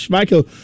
Michael